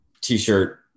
T-shirt